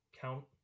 count